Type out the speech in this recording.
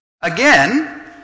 Again